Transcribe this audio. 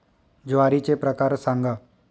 ज्वारीचे प्रकार सांगा